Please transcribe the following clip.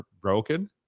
broken